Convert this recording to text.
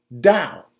down